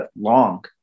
long